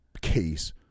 case